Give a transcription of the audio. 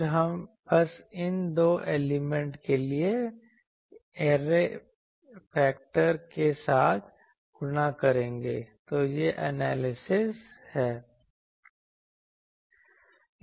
फिर हम बस इन दो एलिमेंट के लिए ऐरे फैक्टर के साथ गुणा करेंगे तो यह एनालिसिस है